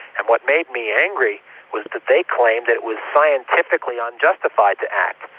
and what made me angry was that they claimed that it was scientifically unjustified to act.